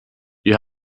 ihr